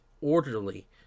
orderly